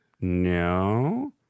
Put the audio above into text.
No